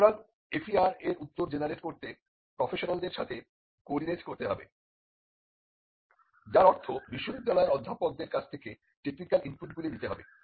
সুতরাং FER এর উত্তর জেনারেট করতে প্রফেশনালদের সাথে কোঅর্ডিনেট করতে হবে যার অর্থ বিশ্ববিদ্যালয়ের অধ্যাপকদের কাছ থেকে টেকনিক্যাল ইনপুটগুলি নিতে হবে